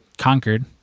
conquered